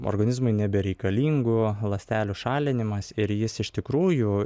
organizmui nebereikalingų ląstelių šalinimas ir jis iš tikrųjų